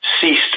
ceased